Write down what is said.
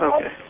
Okay